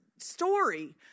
story